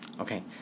Okay